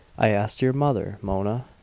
i asked your mother, mona,